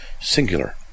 singular